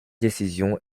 décision